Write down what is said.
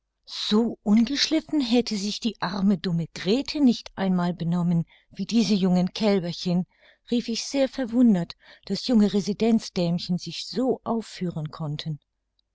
so ungeschliffen hätte sich die arme dumme grete nicht einmal benommen wie diese jungen kälberchen rief ich sehr verwundert daß junge residenzdämchen sich so aufführen konnten